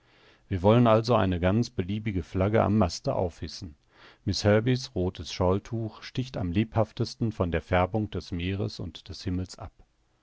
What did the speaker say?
wir wollen also eine ganz beliebige flagge am maste aufhissen miß herbey's rothes shawltuch sticht am lebhaftesten von der färbung des meeres und des himmels ab